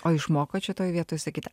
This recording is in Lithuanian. o išmokot šitoj vietoj sakyt